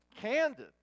candid